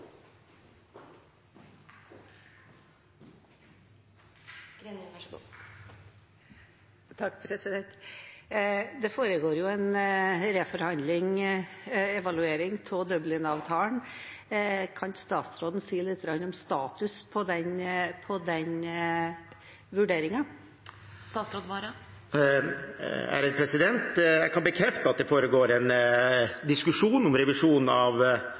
Det foregår jo en reforhandling, en evaluering, av Dublin-avtalen. Kan statsråden si litt om status på den vurderingen? Jeg kan bekrefte at det foregår en diskusjon om revisjon av